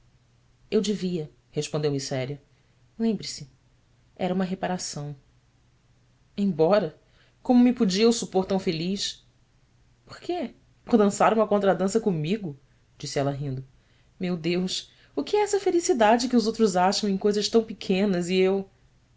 eu devia respondeu-me séria embre se ra uma reparação mbora omo me podia eu supor tão feliz orquê or dançar uma contradança comigo disse ela rindo eu eus que é essa felicidade que os outros acham em coisas tão pequenas e eu